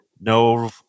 no